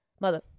mother